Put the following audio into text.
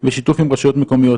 בשיתוף עם רשויות מקומיות.